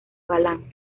galán